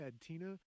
tina